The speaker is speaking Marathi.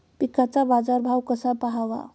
पिकांचा बाजार भाव कसा पहावा?